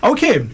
Okay